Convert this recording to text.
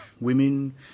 Women